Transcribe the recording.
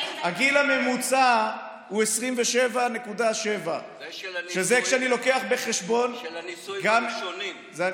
הגיל הממוצע הוא 27.7. זה של הנישואים הראשונים.